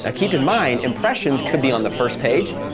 ah keep in mind, impressions could be on the first page.